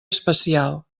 especial